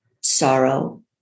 sorrow